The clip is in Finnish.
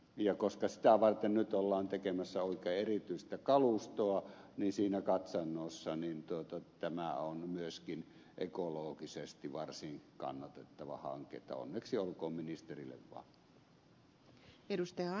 ja koska sitä varten nyt ollaan tekemässä oikein erityistä kalustoa niin siinä katsannossa tämä on myöskin ekologisesti varsin kannatettava hanke että onneksi olkoon ministerille vaan